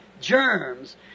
germs